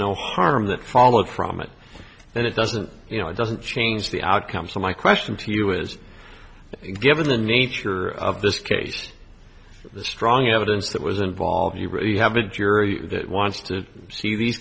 no harm that followed from it and it doesn't you know it doesn't change the outcome so my question to you is given the nature of this case the strong evidence that was involved you really have a jury that wants to see these